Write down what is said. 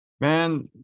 Man